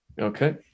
Okay